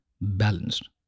Balanced